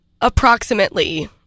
Approximately